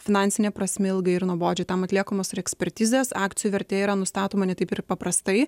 finansine prasme ilgai ir nuobodžiai tam atliekamos ir ekspertizės akcijų vertė yra nustatoma ne taip ir paprastai